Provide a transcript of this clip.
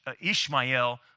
Ishmael